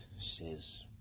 says